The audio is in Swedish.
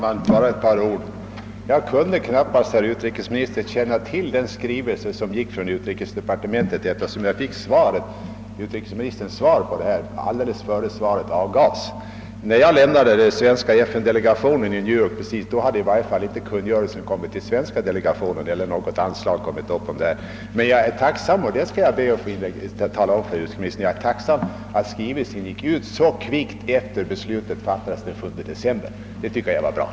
Herr talman! Jag kunde knappast, herr utrikesminister, känna till att en skrivelse gått från utrikesdepartementet till ambassaderna, eftersom jag fick del av utrikesministerns svar alldeles innan det avgavs här i kammaren. När jag lämnade den svenska FN-delegationen i New York i december hade inte kungörelsen kommit dit och inte heller hade något anslag satts upp. Jag är emellertid tacksam — det vill jag gärna framhålla för utrikesministern — för att skrivelsen sändes ut så snabbt efter det att beslutet fattades i riksdagen den 7 december.